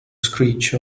screech